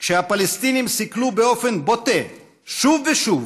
כשהפלסטינים סיכלו באופן בוטה שוב ושוב